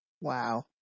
Wow